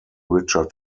richard